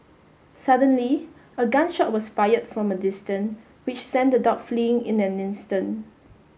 suddenly a gun shot was fired from a distance which sent the dog fleeing in an instant